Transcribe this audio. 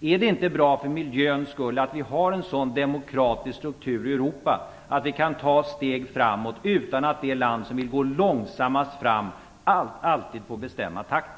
Är det inte bra för miljöns skull att vi har en sådan demokratisk struktur i Europa att vi kan ta steg framåt utan att det land som vill gå långsammast fram alltid får bestämma takten?